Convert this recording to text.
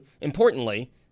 importantly